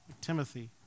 Timothy